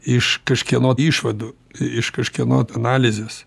iš kažkieno išvadų iš kažkieno analizės